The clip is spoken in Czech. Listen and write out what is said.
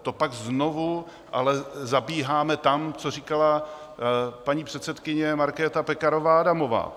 To pak znovu ale zahýbáme tam, co říkala paní předsedkyně Markéta Pekarová Adamová.